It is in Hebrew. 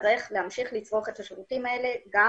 להמשיך לצרוך את השירותים האלה גם